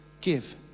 give